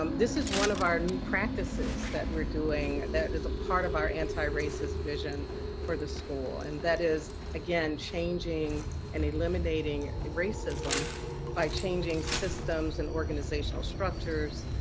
um this is one of our new practices that we're doing that is ah part of our antiracist vision for the school. and that is again, changing and eliminating racism by changing systems and organizational structures,